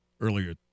earlier